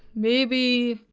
maybe.